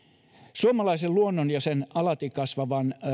suomalaisen luonnon ja alati kasvavan